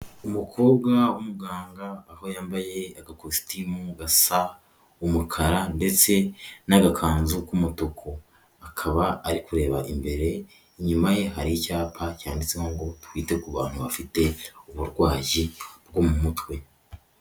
Umukobwa w'umuganga aho yambaye agakositimu gasa umukara ndetse n'agakanzu k'umutuku akaba ari kureba imbere, inyuma ye hari icyapa cyanditseho ngo twite ku bantu bafite uburwayi bwo mu mutwe.